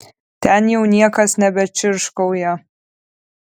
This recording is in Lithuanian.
ten jau niekas nebečirškauja